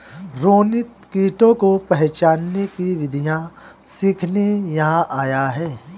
रोनित कीटों को पहचानने की विधियाँ सीखने यहाँ आया है